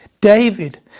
David